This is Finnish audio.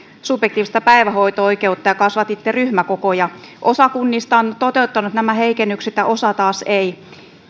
subjektiivista päivähoito oikeutta ja kasvatitte ryhmäkokoja osa kunnista on toteuttanut nämä heikennykset ja osa taas ei